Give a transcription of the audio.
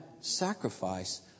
sacrifice